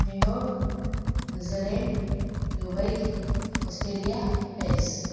New York New Zealand Dubai Australia Paris